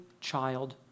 child